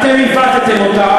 אתם עיבדתם אותה,